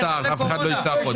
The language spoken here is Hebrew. אף אחד לא השתהה חודש,